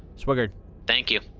swigert thank you.